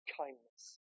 kindness